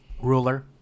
Ruler